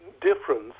difference